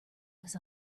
was